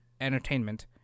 entertainment